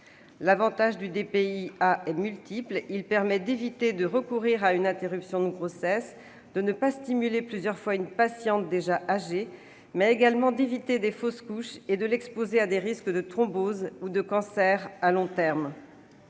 L'avantage du DPI-A est multiple : il permet d'éviter de recourir à une interruption de grossesse, de ne pas stimuler plusieurs fois une patiente déjà âgée, mais également d'éviter des fausses couches ainsi que l'exposition à des risques de thrombose ou de cancer à long terme.